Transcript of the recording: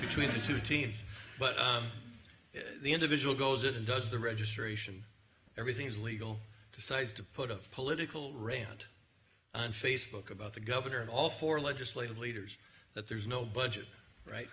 between the two teams but the individual goes in and does the registration everything is legal decides to put a political rant on facebook about the governor and all four legislative leaders that there's no budget right